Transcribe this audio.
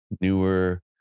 newer